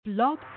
Blog